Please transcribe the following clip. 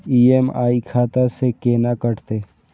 EMI खाता से केना कटते?